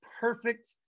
perfect